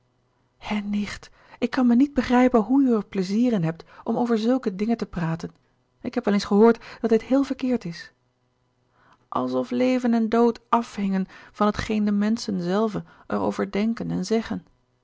hè nicht ik kan me niet begrijpen hoe u er pleizier in hebt om over zulke dingen te praten ik heb wel eens gehoord dat dit heel verkeerd is alsof leven en dood afhingen van hetgeen de menschen zelven er over denken en zeggen